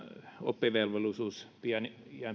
oppivelvollisuusiän